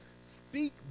speak